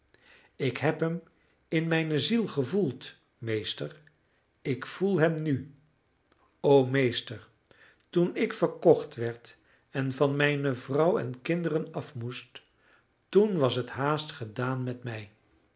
ik heb hem in mijne ziel gevoeld meester ik voel hem nu o meester toen ik verkocht werd en van mijne vrouw en kinderen af moest toen was het haast gedaan met mij